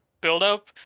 build-up